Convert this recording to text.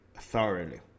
thoroughly